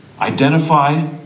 identify